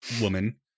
woman